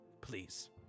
Please